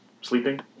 sleeping